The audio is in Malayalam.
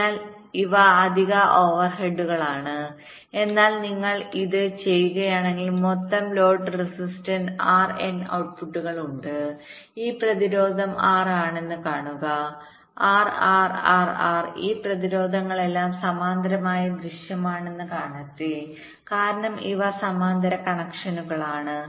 അതിനാൽ ഇവ അധിക ഓവർഹെഡുകളാണ് എന്നാൽ നിങ്ങൾ ഇത് ചെയ്യുകയാണെങ്കിൽ മൊത്തം ലോഡ് റെസിസ്റ്റൻസ് R N ഔട്ട്പുട്ടുകൾ ഉണ്ട് ഈ പ്രതിരോധം R ആണെന്ന് കാണുക R R R R ഈ പ്രതിരോധങ്ങളെല്ലാം സമാന്തരമായി ദൃശ്യമാകുന്നത് കാണട്ടെ കാരണം ഇവ സമാന്തര കണക്ഷനുകളാണ്